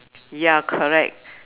ya correct